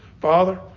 Father